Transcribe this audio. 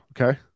Okay